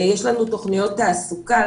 יש לנו תוכניות תעסוקה,